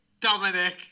Dominic